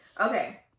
Okay